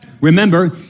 Remember